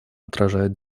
отражает